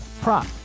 prop